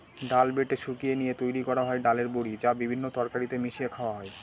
ডাল বেটে শুকিয়ে নিয়ে তৈরি করা হয় ডালের বড়ি, যা বিভিন্ন তরকারিতে মিশিয়ে খাওয়া হয়